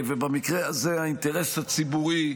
ומה לעשות, במקרה הזה האינטרס הציבורי,